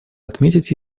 отметить